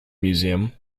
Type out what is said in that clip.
museum